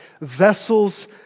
Vessels